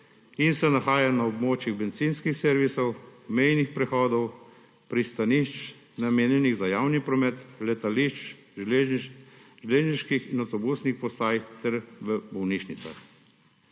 in se nahajajo na območjih bencinskih servisov, mejnih prehodov, pristanišč, namenjenih za javni promet, letališč, železniških in avtobusnih postaj ter v bolnišnicah;